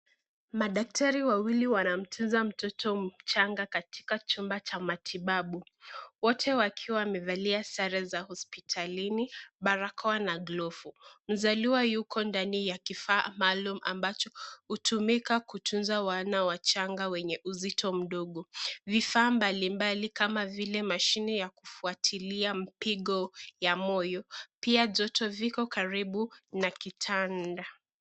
Madaktari wawili wanamtunza mtoto mchanga katika chumba cha matibabu, wote wakiwa wamevalia sare za hospitalini, barakoa na glofu. Mzaliwa yuko ndani ya kifaa maalum ambacho hutumika kutunza wana wachanga wenye uzito mdogo, vifaa mbali mbali kama vile mashine ya kufuatilia mpigo ya moyo pia joto viko karibu na kitanda.